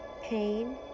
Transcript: pain